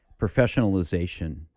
professionalization